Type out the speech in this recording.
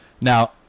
Now